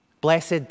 Blessed